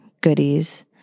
goodies